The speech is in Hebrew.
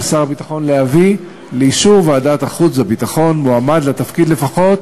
על שר הביטחון להביא לאישור ועדת החוץ והביטחון מועמד לתפקיד לפחות